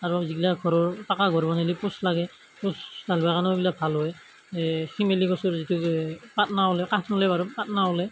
আৰু যিগিলাক ঘৰৰ পাকা ঘৰ বনালে পোষ্ট লাগে পোষ্ট ঢালিবৰ কাৰণেও এইবিলাক ভাল হয় এই শিমলু গছৰ যিটো কাঠ নাও হ'লে কাঠ হ'লে বাৰু কাঠ নাও হ'লে